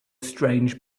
strange